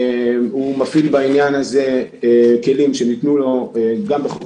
הוא מפעיל בעניין הזה כלים שניתנו לו גם בחוק